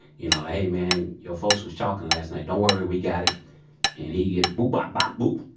you know, hey man, your folks was talkin' last night don't worry, we got it and he get boop bop bop boop.